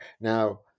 Now